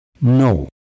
No